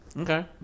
Okay